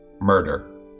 murder